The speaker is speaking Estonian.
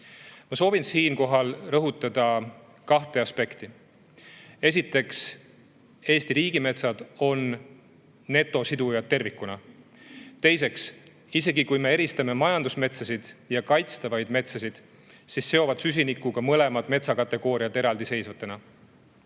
Ma soovin siinkohal rõhutada kahte aspekti. Esiteks, Eesti riigimetsad on tervikuna netosidujad. Teiseks, isegi kui me eristame majandusmetsi ja kaitstavaid metsi, siis süsinikku seovad mõlemad metsakategooriad ka eraldiseisvana.